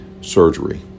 surgery